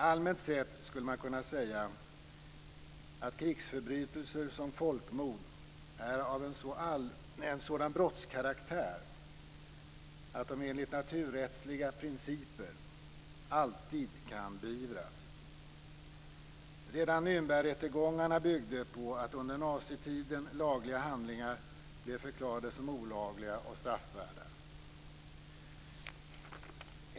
Allmänt sett skulle man kunna säga att krigsförbrytelser som folkmord är av en sådan brottskaraktär att de enligt naturrättsliga principer alltid kan beivras. Redan Nürnbergrättegångarna byggde på att under nazitiden lagliga handlingar blev förklarade som olagliga och straffvärda.